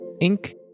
Ink